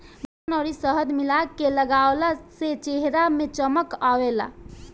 बेसन अउरी शहद मिला के लगवला से चेहरा में चमक आवेला